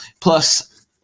plus